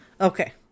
Okay